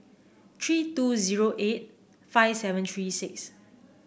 three two zero eight five seven three six